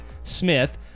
Smith